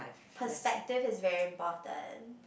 perspective is very important